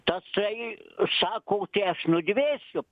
tasai sako tai aš nudvėsiu